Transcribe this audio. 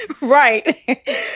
Right